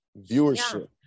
viewership